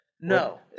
No